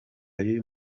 y’uyu